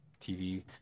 TV